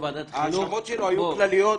ההאשמות שלו היו כלליות,